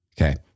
Okay